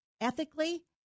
ethically